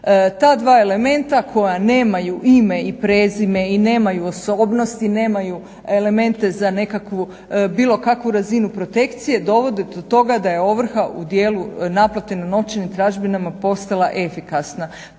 Ta dva elementa koja nemaju ime i prezime i nemaju osobnosti, nemaju elemente za bilo kakvu razinu protekcije dovode do toga da je ovrha u dijelu naplate na novčanim tražbinama postala efikasna.